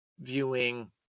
viewing